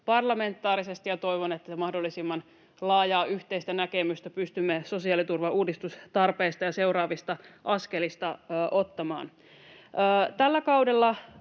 parlamentaarisesti, ja toivon, että mahdollisimman laajaa yhteistä näkemystä pystymme sosiaaliturvauudistustarpeista ja seuraavista askelista ottamaan. Tällä kaudella